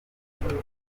gukomeza